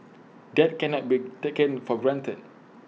that cannot be taken for granted